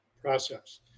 process